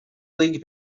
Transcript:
league